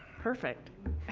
perfect.